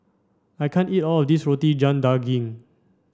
I can't eat all of this Roti John Daging